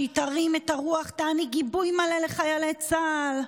היא תרים את הרוח, תעניק גיבוי מלא לחיילי צה"ל.